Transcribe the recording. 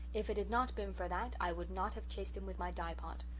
if it had not been for that i would not have chased him with my dye-pot.